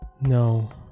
No